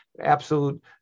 absolute